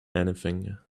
anything